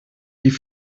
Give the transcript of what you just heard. die